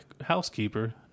housekeeper